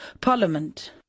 Parliament